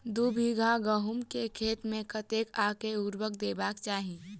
दु बीघा गहूम केँ खेत मे कतेक आ केँ उर्वरक देबाक चाहि?